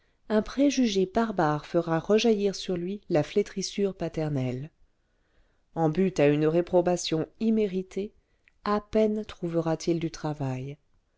un préjugé barbare fera rejaillir sur lui la flétrissure paternelle en butte à une réprobation imméritée à peine trouvera-t-il du travail